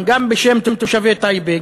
גם בשם תושבי טייבה,